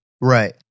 Right